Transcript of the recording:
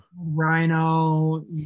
rhino